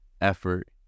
effort